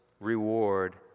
reward